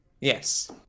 Yes